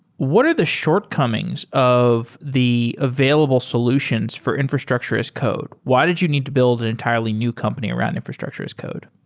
what are the shortcomings of the available solutions for infrastructure as code? why did you need to build an entirely new company around infrastructure as code?